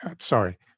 sorry